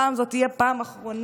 הפעם זאת תהיה הפעם האחרונה,